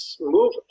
move